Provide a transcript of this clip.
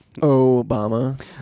Obama